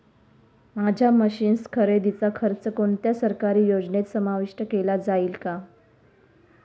माझ्या मशीन्स खरेदीचा खर्च कोणत्या सरकारी योजनेत समाविष्ट केला जाईल का?